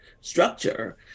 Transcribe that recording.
structure